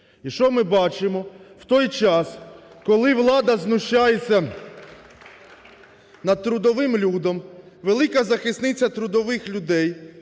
І що ми бачимо? В той час, коли влада знущається над трудовим людом, велика захисниця трудових людей,